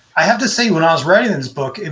i have to say, when i was writing this book, and